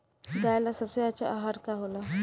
गाय ला सबसे अच्छा आहार का होला?